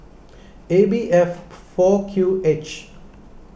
A B F four Q H